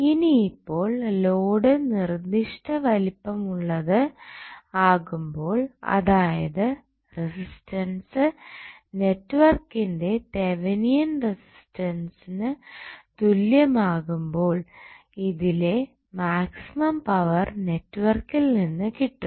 ഇനി ഇപ്പോൾ ലോഡ് നിർദ്ദിഷ്ടവലിപ്പമുള്ളത് ആകുമ്പോൾ അതായത് റെസിസ്റ്റൻസ് നെറ്റ്വർക്കിന്റെ തെവനിയൻ റസിസ്റ്റൻസ്നു തുല്യം ആകുമ്പോൾ ഇതിലെ മാക്സിമം പവർ നെറ്റ്വർക്കിൽ നിന്ന് കിട്ടും